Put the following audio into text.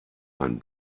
ein